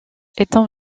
étant